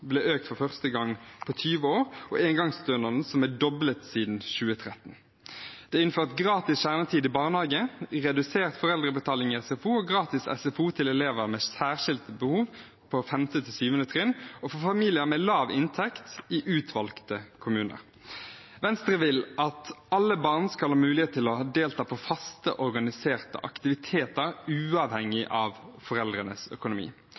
ble økt for første gang på 20 år – og engangsstønaden, som er doblet siden 2013. Det er innført gratis kjernetid i barnehage, redusert foreldrebetaling i SFO og gratis SFO til elever med særskilte behov fra 5. til 7. trinn og for familier med lav inntekt i utvalgte kommuner. Venstre vil at alle barn skal ha mulighet til å delta på faste, organiserte aktiviteter uavhengig av foreldrenes økonomi.